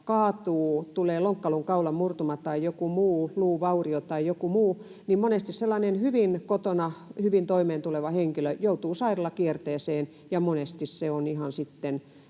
kaatuu ja tulee lonkkaluun tai kaulan murtuma tai joku muu luuvaurio tai joku muu, niin monesti sellainen kotona hyvin toimeen tuleva henkilö joutuu sairaalakierteeseen, ja monesti se on erittäin